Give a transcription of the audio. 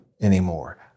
anymore